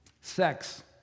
sex